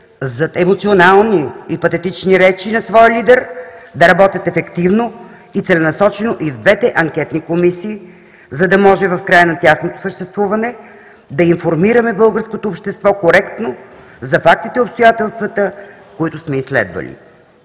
зад емоционални и патетични речи на своя лидер, да работят ефективно и целенасочено и в двете анкетни комисии, за да може в края на тяхното съществуване да информираме българското общество коректно за фактите и обстоятелствата, които сме изследвали.